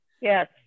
Yes